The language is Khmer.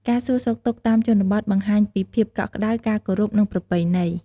ការសួរសុខទុក្ខតាមជនបទ បង្ហាញពីភាពកក់ក្តៅ ការគោរព និងប្រពៃណី។